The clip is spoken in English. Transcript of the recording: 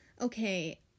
Okay